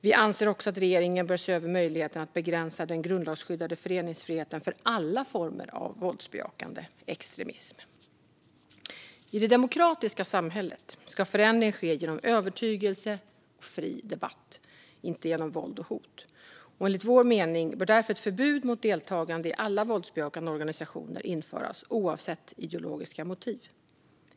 Vi anser också att regeringen bör se över möjligheten att begränsa den grundlagsskyddade föreningsfriheten för alla former av våldsbejakande extremism. I det demokratiska samhället ska förändring ske genom övertygelse och fri debatt, inte genom våld och hot. Enligt vår mening bör därför ett förbud mot deltagande i alla våldsbejakande organisationer införas oavsett ideologiska motiv.